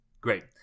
Great